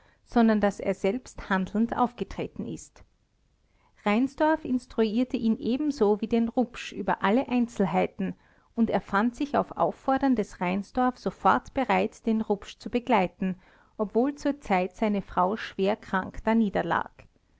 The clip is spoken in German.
sondern daß er selbst handelnd aufgetreten ist reinsdorf instruierte ihn ebenso wie den rupsch über alle einzelheiten und er fand sich auf auffordern des reinsdorf sofort bereit den rupsch zu begleiten obwohl zur zeit seine frau schwerkrank daniederlag